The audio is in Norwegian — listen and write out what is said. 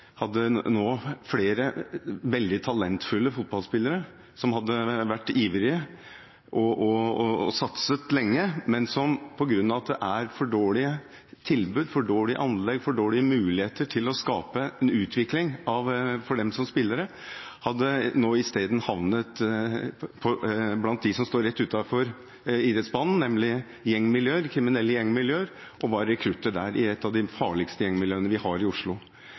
vært ivrige og satset lenge, men som på grunn av at det er for dårlige tilbud, for dårlige anlegg og for dårlige muligheter til å skape en utvikling for dem som spillere, i stedet nå hadde havnet blant dem som står rett utenfor idrettsbanen, nemlig kriminelle gjengmiljøer. De var rekrutter der, i et av de farligste gjengmiljøene vi har i Oslo.